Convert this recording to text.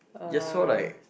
you're so like